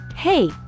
Hey